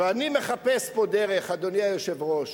ואני מחפש פה דרך, אדוני היושב-ראש,